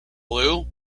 blue